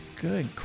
good